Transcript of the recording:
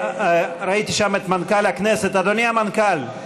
ראיתי שם את מנכ"ל הכנסת, אדוני המנכ"ל,